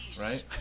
right